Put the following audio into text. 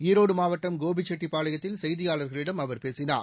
ஈரோடு மாவட்டம் கோபிசெட்டிப்பாளையத்தில் செய்தியாளர்களிடம் அவர் பேசினார்